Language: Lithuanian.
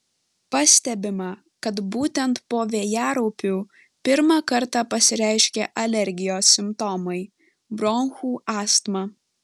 pastebima kad būtent po vėjaraupių pirmą kartą pasireiškia alergijos simptomai bronchų astma